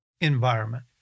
environment